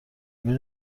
بین